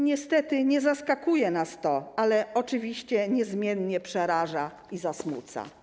Niestety nie zaskakuje nas to, ale oczywiście niezmiennie przeraża i zasmuca.